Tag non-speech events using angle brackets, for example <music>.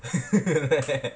<laughs>